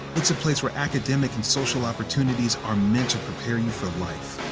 it's a place where academic and social opportunities are meant to prepare you for life,